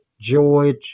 George